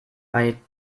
bei